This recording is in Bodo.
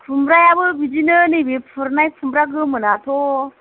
खुमब्रायाबो बिदिनो नैबे फुरनाय खुमब्रा गोमोनाथ'